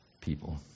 people